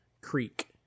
creek